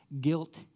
guilt